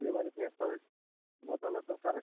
বিয়ে বাড়িতে তো বোতলের দরকার আছে